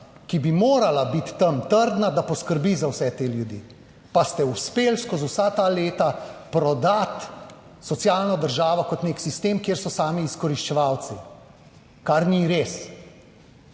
ki bi morala biti tam trdna, da poskrbi za vse te ljudi. Pa ste uspeli skozi vsa ta leta prodati socialno državo kot nek sistem, kjer so sami izkoriščevalci, kar ni res.